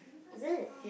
is it